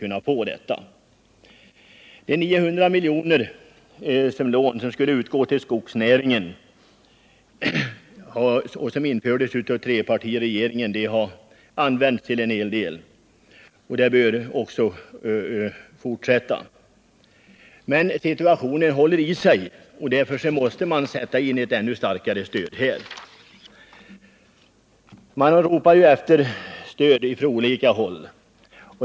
De lån till skogsnäringen på 900 miljoner som infördes av trepartiregeringen har använts till en hel del och bör också fortsätta. Men situationen håller i sig, och därför måste man sätta in ett än starkare stöd. Man ropar ju efter stöd från olika håll.